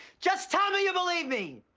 just tell me you believe me!